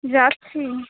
যাচ্ছি